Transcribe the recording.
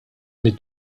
mid